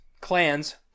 clans